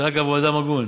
שאגב, הוא אדם הגון,